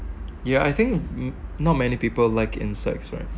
yeah I think mm not many people like insects right